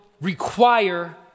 require